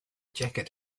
jacket